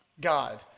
God